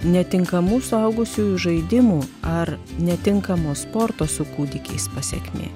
netinkamų suaugusiųjų žaidimų ar netinkamo sporto su kūdikiais pasekmė